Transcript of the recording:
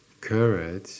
courage